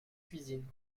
cuisine